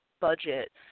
budget